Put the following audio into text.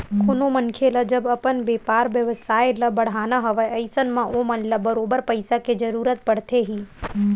कोनो मनखे ल जब अपन बेपार बेवसाय ल बड़हाना हवय अइसन म ओमन ल बरोबर पइसा के जरुरत पड़थे ही